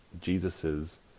Jesus's